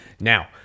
Now